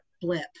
blip